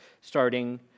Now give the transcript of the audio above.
starting